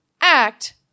act